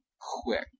quick